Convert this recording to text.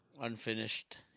unfinished